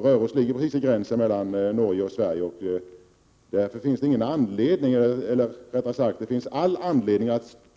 Röros ligger precis vid gränsen mellan Norge och Sverige, och därför finns det all anledning